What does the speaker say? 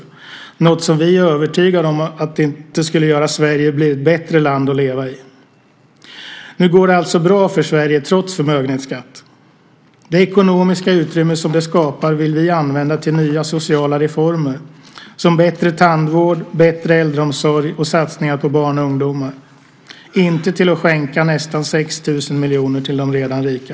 Det är något som vi är övertygade om inte skulle göra Sverige till ett bättre land att leva i. Nu går det alltså bra för Sverige, trots förmögenhetsskatt. Det ekonomiska utrymme som den skapar vill vi använda till nya sociala reformer, till exempel bättre tandvård, bättre äldreomsorg och satsningar på barn och ungdomar - inte till att skänka nästan 6 000 miljoner till de redan rika.